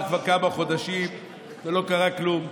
עברו כבר כמה חודשים ולא קרה כלום.